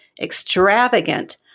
extravagant